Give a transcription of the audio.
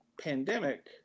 pandemic